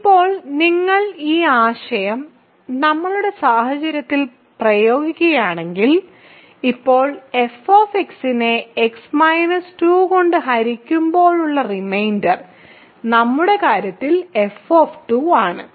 ഇപ്പോൾ നിങ്ങൾ ഈ ആശയം നമ്മളുടെ സാഹചര്യത്തിൽ പ്രയോഗിക്കുകയാണെങ്കിൽ ഇപ്പോൾ f നെ x 2 കൊണ്ട് ഹരിക്കുമ്പോഴുള്ള റിമൈൻഡർ നമ്മുടെ കാര്യത്തിൽ f ആണ്